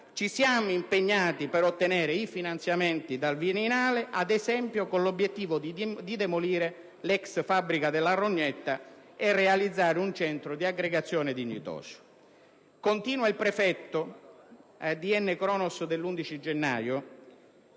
ci siamo impegnati per ottenere i finanziamenti dal Viminale, ad esempio con l'obiettivo di demolire l'ex fabbrica Rognetta e realizzare un centro di aggregazione dignitoso». Il prefetto continua,